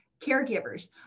caregivers